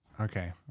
Okay